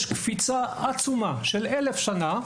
יש כאן קפיצה עצומה, של - 1,000 שנה,